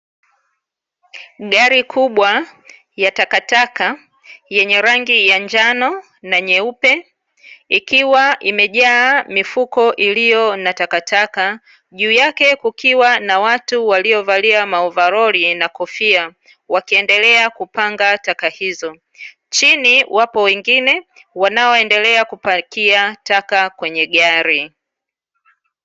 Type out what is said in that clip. Gari kubwa ya takataka yenye rangi ya njano na nyeupe ikiwa imejaa mifuko iliyo na takataka. Juu yake kukiwa na watu waliovalia maovaroli na kofia wakiendelea kupanga taka hizo, chini wapo wengine wanaoendelea kupakia taka kwenye gari.